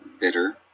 bitter